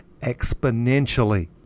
exponentially